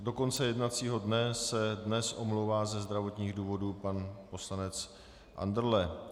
Do konce jednacího dne se dnes omlouvá ze zdravotních důvodů pan poslanec Andrle.